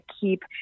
keep